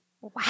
Wow